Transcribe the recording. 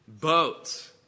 boat